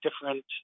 different